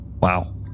Wow